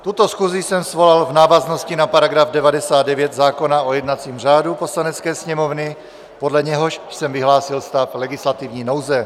Tuto schůzi jsem svolal v návaznosti na § 99 zákona o jednacím řádu Poslanecké sněmovny, podle něhož jsem vyhlásil stav legislativní nouze.